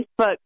Facebook